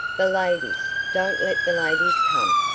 the ladies! don't let the ladies come!